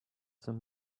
some